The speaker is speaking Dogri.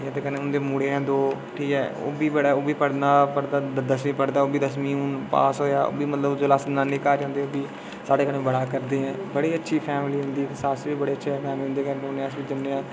ते कन्नै उं'दे मुड़े ऐ दौं ठीक ऐ ओह्बी पढ़दा ओह् पढ़दा दसमीं पढ़दा दसमीं हू'न पास होआ ओह्बी जेल्लै अस नानी घर जंदे हे साढ़े कन्नै बड़ा करदे हे बड़ी अच्छी फैमिली उं'दी सस्स बी अच्छे न